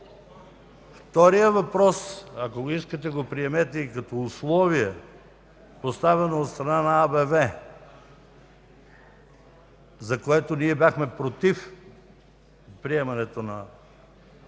вторият въпрос – ако искате, го приемете и като условие, поставено от страна на АБВ, за което ние бяхме против приемането на